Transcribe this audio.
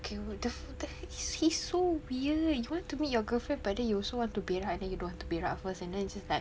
okay what the what the heck he's so weird you want to meet your girlfriend but then you also want to berak then you don't want to berak first and then it's just like